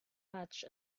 patch